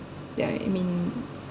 yeah I mean